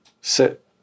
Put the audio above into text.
sit